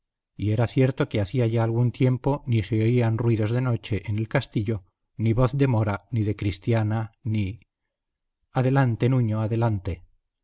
y era cierto que hacía ya algún tiempo ni se oían ruidos de noche en el castillo ni voz de mora ni de cristiana ni adelante nuño adelante